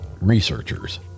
researchers